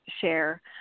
share